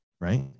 right